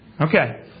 Okay